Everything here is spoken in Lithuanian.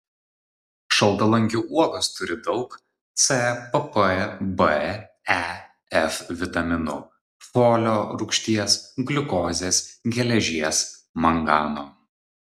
šaltalankių uogos turi daug c pp b e f vitaminų folio rūgšties gliukozės geležies mangano